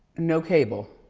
no cable.